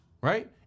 Right